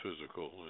physical